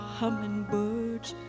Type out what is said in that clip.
hummingbirds